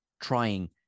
trying